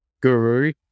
guru